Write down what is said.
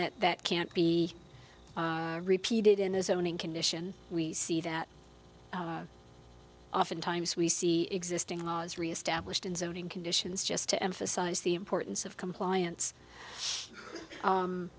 that that can't be repeated in his own condition we see that oftentimes we see existing laws reestablished in zoning conditions just to emphasize the importance of compliance